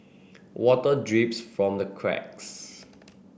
water drips from the cracks